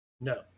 No